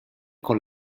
con